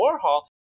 Warhol